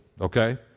Okay